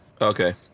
Okay